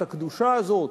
את הקדושה הזאת,